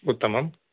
उत्तमम्